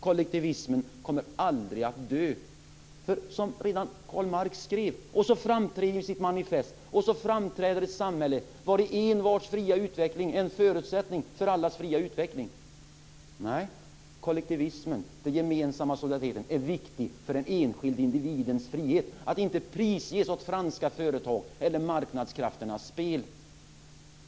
Kollektivismen kommer aldrig att dö, för som redan Karl Marx skrev och som framtränger i hans manifest framträder ett samhälle vari en och envars fria utveckling är en förutsättning för allas fria utveckling. Kollektivismen, den gemensamma solidariteten, är viktig för den enskilde individens frihet. Man ska inte prisges av franska företag eller marknadskrafternas spel.